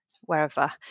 wherever